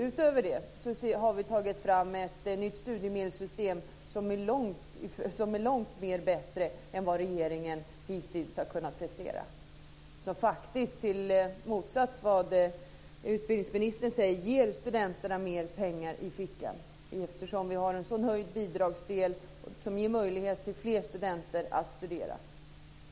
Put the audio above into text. Utöver det har vi tagit fram ett nytt studiemedelssystem som är långt bättre än det regeringen hittills har kunnat prestera. I motsats till vad utbildningsministern säger ger det faktiskt studenterna mer pengar i fickan, eftersom vi har en höjd bidragsdel som ger fler studenter möjlighet att studera.